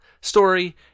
story